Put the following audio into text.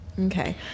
okay